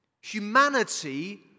humanity